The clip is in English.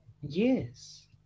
Yes